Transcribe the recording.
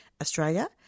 Australia